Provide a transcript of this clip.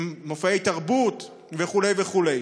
מופעי תרבות, וכו' וכו'.